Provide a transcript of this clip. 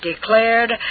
declared